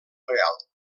real